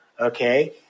okay